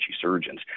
surgeons